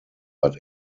but